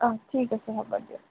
অঁ ঠিক আছে হ'ব দিয়ক